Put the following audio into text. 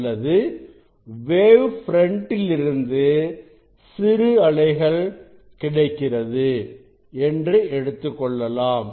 அல்லது wave front லிருந்து சிறு அலைகள் கிடைக்கிறது என்று எடுத்துக்கொள்ளலாம்